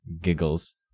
Giggles